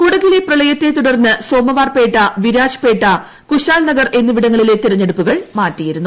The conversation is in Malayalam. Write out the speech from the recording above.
കുടകിലെ പ്രളയത്തെ തുടർന്ന് Somwarpet Virajpet Kushalnagar എന്നിവിടങ്ങളിലെ തെരഞ്ഞെടുപ്പുകൾ മാറ്റിയിരുന്നു